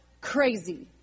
crazy